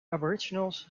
aboriginals